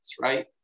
right